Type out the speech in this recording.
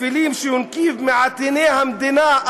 כטפילים שיונקים מעטיני המדינה,